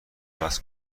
عوض